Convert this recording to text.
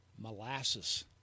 Molasses